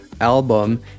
album